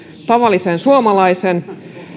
tavallisen suomalaisen